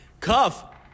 Cuff